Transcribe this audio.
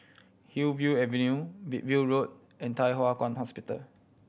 Hillview Avenue Wilby Road and Thye Hua Kwan Hospital